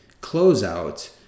closeout